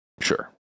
Sure